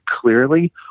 clearly